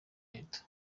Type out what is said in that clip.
leta